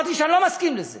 אמרתי שאני לא מסכים לזה